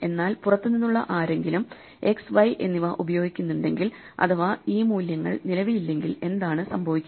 എന്നാൽ പുറത്തുനിന്നുള്ള ആരെങ്കിലും x y എന്നിവ ഉപയോഗിക്കുന്നുണ്ടെങ്കിൽ അഥവാ ഈ മൂല്യങ്ങൾ നിലവിലില്ലെങ്കിൽ എന്താണ് സംഭവിക്കുക